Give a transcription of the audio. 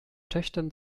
töchtern